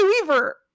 Weaver